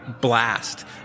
blast